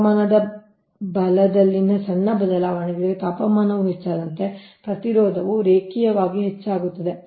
ತಾಪಮಾನದ ಬಲದಲ್ಲಿನ ಸಣ್ಣ ಬದಲಾವಣೆಗಳಿಗೆ ತಾಪಮಾನವು ಹೆಚ್ಚಾದಂತೆ ಪ್ರತಿರೋಧವು ರೇಖೀಯವಾಗಿ ಹೆಚ್ಚಾಗುತ್ತದೆ